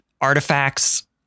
artifacts